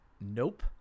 nope